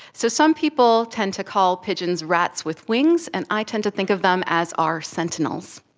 so some people tend to call pigeons rats with wings, and i tend to think of them as our sentinels.